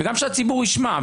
וגם שהציבור ישמע,